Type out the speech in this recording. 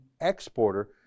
exporter